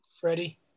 Freddie